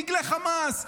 דגלי חמאס.